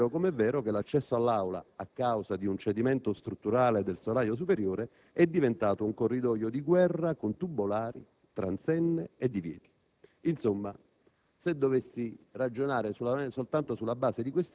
non è soddisfacente ed evidenzia danni accessori notevoli se è vero, com'è vero, che l'accesso all'Aula, a causa di un cedimento strutturale del solaio superiore, è diventato un corridoio di guerra con tubolari, transenne e divieti.